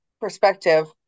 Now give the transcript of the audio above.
perspective